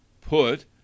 put